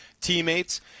teammates